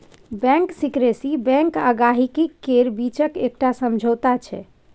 bank secrecy bank आ गांहिकी केर बीचक एकटा समझौता छै